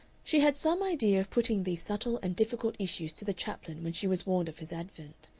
she had some idea of putting these subtle and difficult issues to the chaplain when she was warned of his advent.